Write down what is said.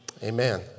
Amen